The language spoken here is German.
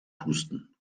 pusten